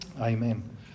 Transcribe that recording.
Amen